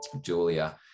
Julia